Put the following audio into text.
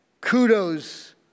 Kudos